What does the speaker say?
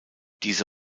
diese